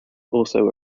also